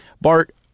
Bart